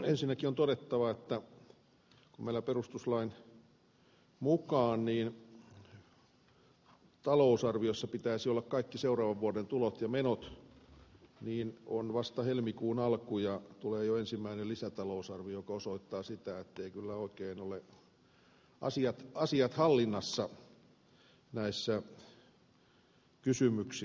ensinnäkin on todettava että vaikka meillä perustuslain mukaan talousarviossa pitäisi olla kaikki seuraavan vuoden tulot ja menot on vasta helmikuun alku ja tulee jo ensimmäinen lisätalousarvio mikä osoittaa sitä etteivät kyllä oikein ole asiat hallinnassa näissä kysymyksissä